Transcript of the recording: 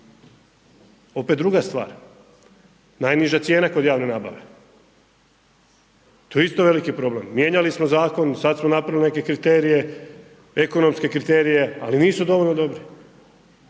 Opet druga stvar, najniža cijena kod javne nabave, to je isto veliki problem, mijenjali smo zakon sad smo napravili neke kriterije, ekonomske kriterije, ali nisu dovoljno dobri.